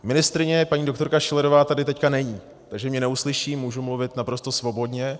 Ministryně, paní doktorka Schillerová, tady teď není, takže mě neuslyší, můžu mluvit naprosto svobodně.